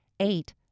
Eight